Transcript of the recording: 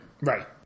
Right